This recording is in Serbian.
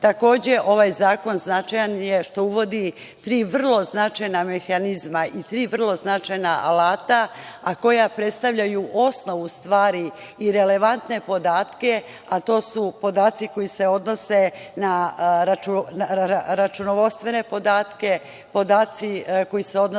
sudom. Takođe, ovaj zakon je značajan što uvodi tri vrlo značajna mehanizma i tri vrlo značajna alata, a koja predstavljaju osnovu stvari i relevantne podatke, a to su podaci koji se odnose na računovodstvene podatke, podaci koji se odnose na